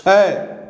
छै